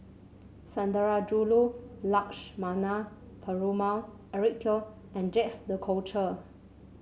Sundarajulu Lakshmana Perumal Eric Teo and Jacques De Coutre